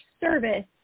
service